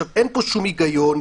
אין פה שום היגיון.